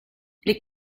les